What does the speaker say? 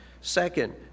Second